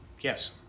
Yes